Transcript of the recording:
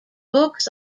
books